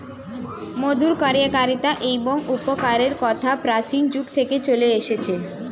মধুর কার্যকারিতা এবং উপকারের কথা প্রাচীন যুগ থেকে চলে আসছে